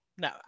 no